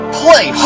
play